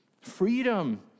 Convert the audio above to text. freedom